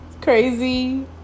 crazy